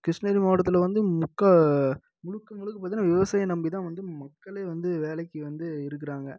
கிருஷ்ணகிரி மாவட்டத்தில் வந்து முக்கா முழுக்க முழுக்க பார்த்திங்கனா விவசாயம் நம்பிதான் வந்து மக்களே வந்து வேலைக்கு வந்து இருக்கிறாங்க